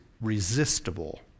resistible